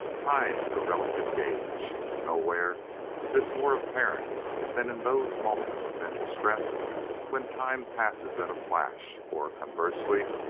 time is a relative gauge. nowhere is this more apparent than in those moments of mental stress when time passes in a flash or, conversely,